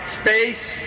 space